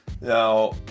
Now